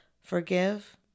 Forgive